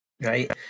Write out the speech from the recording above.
right